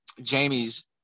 jamie's